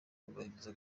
kubahiriza